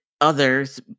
others